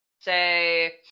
Say